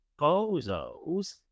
bozos